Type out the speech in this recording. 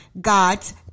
God's